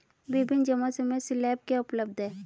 विभिन्न जमा समय स्लैब क्या उपलब्ध हैं?